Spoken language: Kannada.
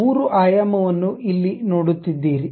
3 ಆಯಾಮವನ್ನು ಅಲ್ಲಿ ನೋಡುತ್ತಿದ್ದೀರಿ